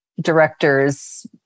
directors